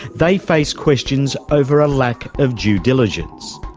they face questions over a lack of due diligence.